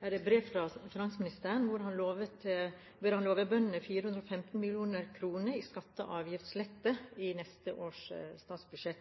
brev fra finansministeren hvor han lover bøndene 415 mill. kr i skatte- og avgiftslette i neste års statsbudsjett.